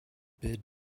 bid